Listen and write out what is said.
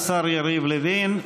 תודה לשר יריב לוין.